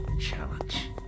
challenge